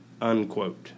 unquote